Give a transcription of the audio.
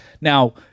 Now